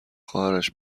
خواهرش